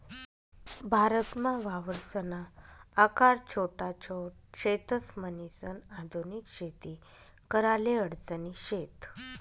भारतमा वावरसना आकार छोटा छोट शेतस, म्हणीसन आधुनिक शेती कराले अडचणी शेत